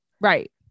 Right